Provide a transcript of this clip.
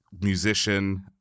musician